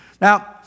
Now